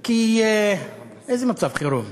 כי איזה מצב חירום,